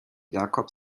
jakob